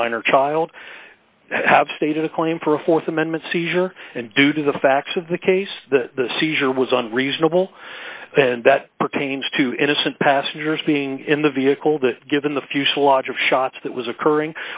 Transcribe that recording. or minor child have stated a claim for a th amendment seizure and due to the facts of the case the seizure was unreasonable and that pertains to innocent passengers being in the vehicle that given the fuselage of shots that was occurring